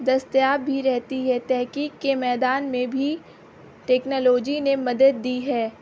دستیاب بھی رہتی ہے تحقیق کے میدان میں بھی ٹیکنالوجی نے مدد دی ہے